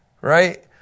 right